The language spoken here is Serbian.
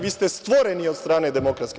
Vi ste stvoreni od strane DS.